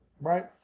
right